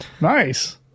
Nice